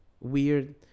weird